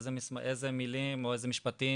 איזה מילים או איזה משפטים,